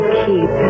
keep